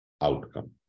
outcome